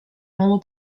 nuovo